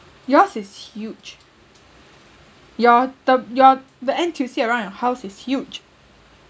yours is huge your the your the N_T_U_C around your house is huge